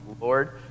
Lord